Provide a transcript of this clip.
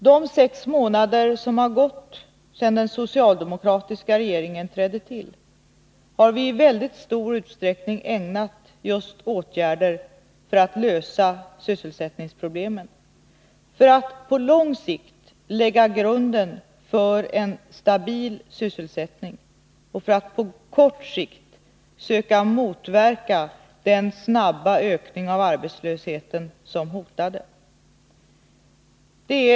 De sex månader som har förflutit sedan den socialdemokratiska regeringen trädde till har vi i mycket stor utsträckning ägnat just åt åtgärder för att lösa sysselsättningsproblemen — för att på lång sikt lägga grunden till en stabil sysselsättning och för att på kort sikt söka motverka den snabba ökningen av arbetslösheten som hotade.